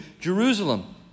Jerusalem